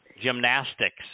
gymnastics